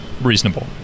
reasonable